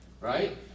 Right